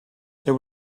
there